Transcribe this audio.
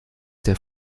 der